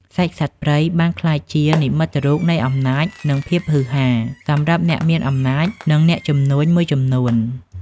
សាច់សត្វព្រៃបានក្លាយជា "និមិត្តរូបនៃអំណាច" និង "ភាពហ៊ឺហា" សម្រាប់អ្នកមានអំណាច និងអ្នកជំនួញមួយចំនួន។